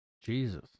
Jesus